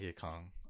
Kong